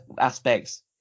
aspects